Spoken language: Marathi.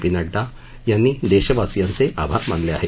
पी नड्डा यांनी देशवाशियांचे आभार मानले आहेत